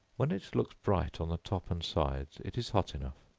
when it looks bright on the top and sides, it is hot enough